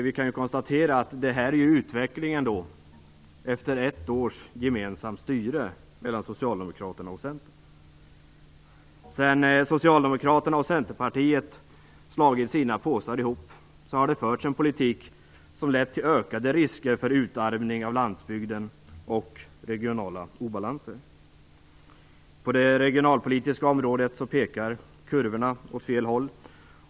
Vi kan konstatera att detta är utvecklingen efter ett år av gemensamt styre av Socialdemokraterna och Centern. Sedan Socialdemokraterna och Centerpartiet slagit sina påsar ihop har det förts en politik som lett till ökade risker för en utarmning av landsbygden och för regionala obalanser. På det regionalpolitiska området pekar kurvorna åt fel håll.